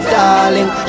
darling